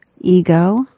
ego